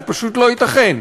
זה פשוט לא ייתכן.